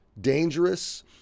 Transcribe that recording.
dangerous